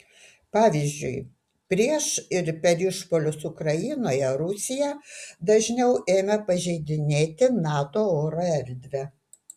pavyzdžiui prieš ir per išpuolius ukrainoje rusija dažniau ėmė pažeidinėti nato oro erdvę